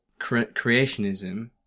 creationism